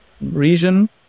region